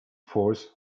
force